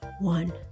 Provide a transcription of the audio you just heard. one